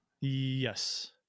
Yes